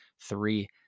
three